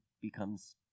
becomes